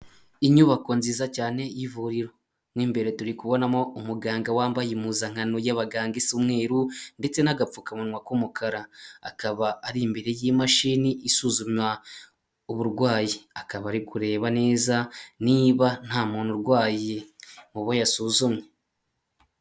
Inyubako nziza cyane y'ivuriro, mo imbere turi kubonamo umuganga wambaye impuzankano y'abaganga isa umweru ndetse n'agapfukamunwa k'umukara, akaba ari imbere y'imashini isuzumwa uburwayi, akaba ari kureba neza niba nta muntu urwaye mu bo yasuzumye.